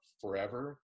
forever